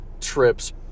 trips